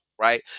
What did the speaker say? Right